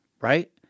right